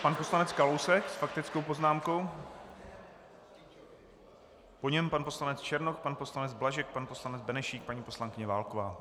Pan poslanec Kalousek s faktickou poznámkou, po něm pan poslanec Černoch, pan poslanec Blažek, pan poslanec Benešík, paní poslankyně Válková.